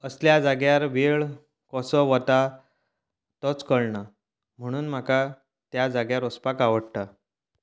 असल्या जाग्यार वेळ कसो वता तोच कळना म्हणून म्हाका त्या जाग्यार वचपाक आवडटा